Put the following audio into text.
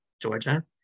Georgia